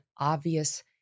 obvious